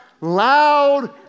loud